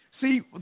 See